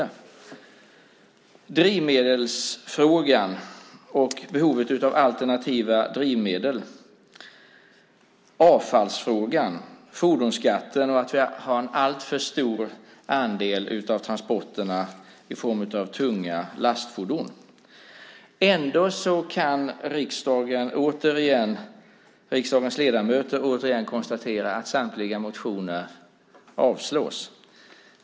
Det gäller drivmedelsfrågan och behovet av alternativa drivmedel, avfallsfrågan, fordonsskatten och att vi har en alltför stor andel av transporterna i form av tunga lastfordon. Ändå kan riksdagens ledamöter återigen konstatera att samtliga motioner avstyrks.